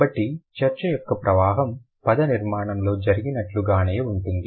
కాబట్టి చర్చ యొక్క ప్రవాహం పదనిర్మాణంలో జరిగినట్లుగానే ఉంటుంది